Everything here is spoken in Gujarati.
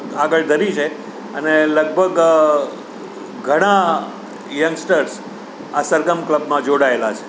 આગળ ધરી છે અને લગભગ ઘણાં યંગસ્ટર્સ આ સરગમ ક્લબમાં જોડાયેલાં છે